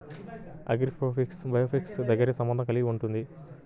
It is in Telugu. ఆగ్రోఫిజిక్స్ బయోఫిజిక్స్తో దగ్గరి సంబంధం కలిగి ఉంటుంది